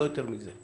לא יותר מזה.